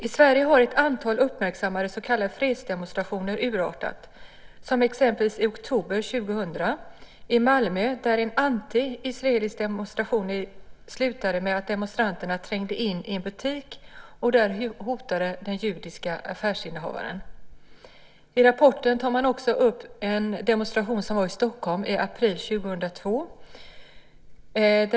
I Sverige har ett antal uppmärksammade så kallade fredsdemonstrationer urartat, exempelvis i oktober 2000 i Malmö där en antiisraelisk demonstration slutade med att demonstranterna trängde in i en butik och där hotade den judiska affärsinnehavaren. I rapporten tar man också upp en demonstration i Stockholm i april 2002.